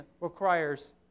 requires